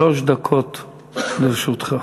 שלוש דקות לרשותך.